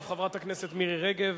7156,